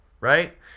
right